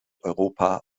europa